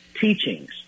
teachings